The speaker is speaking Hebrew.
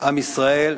עם ישראל.